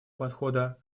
подхода